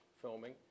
filming